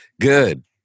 Good